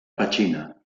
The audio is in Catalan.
petxina